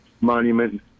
Monument